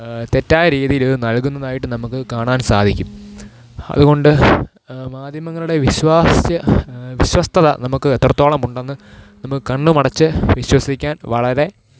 തെറ്റായ രീതിയിലിത് നല്കുന്നതായിട്ട് നമുക്കു കാണാന് സാധിക്കും അതുകൊണ്ട് മാധ്യമങ്ങളുടെ വിശ്വാസ്യ വിശ്വസ്ഥത നമുക്ക് എത്രത്തോളമുണ്ടെന്ന് നമുക്ക് കണ്ണുമടച്ചു വിശ്വസിക്കാന് വളരെ